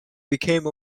became